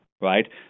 right